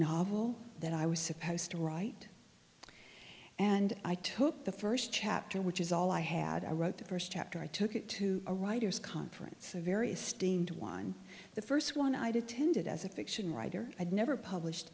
novel that i was supposed to write and i took the first chapter which is all i had i wrote the first chapter i took it to a writer's conference a very steamed one the first one i did tended as a fiction writer i'd never published